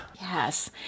Yes